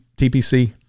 TPC